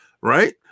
right